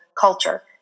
culture